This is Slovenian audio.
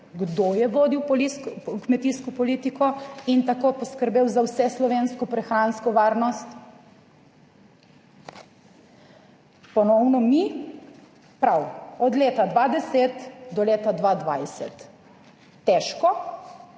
Kdo je vodil kmetijsko politiko in tako poskrbel za vse slovensko prehransko varnost? Ponovno mi, prav. Od leta 2010 do leta 2020. Težko,